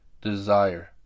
desire